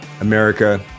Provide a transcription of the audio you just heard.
America